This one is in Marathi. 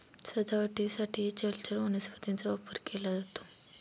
सजावटीसाठीही जलचर वनस्पतींचा वापर केला जातो